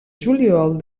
juliol